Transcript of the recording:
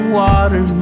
water